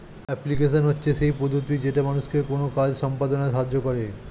application হচ্ছে সেই পদ্ধতি যেটা মানুষকে কোনো কাজ সম্পদনায় সাহায্য করে